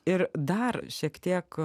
ir dar šiek tiek